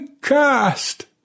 cast